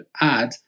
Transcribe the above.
add